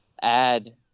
add